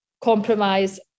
compromise